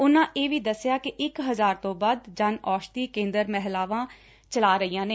ਉਨ੍ਪਾ ਇਹ ਵੀ ਦੱਸਿਆ ਕਿ ਇਕ ਹਜ਼ਾਰ ਤੋਂ ਵੱਧ ਜਨ ਔਸ਼ਧੀ ਕੇਂਦਰ ਮਹਿਲਾਵਾਂ ਚਲਾ ਰਹੀਆਂ ਨੇ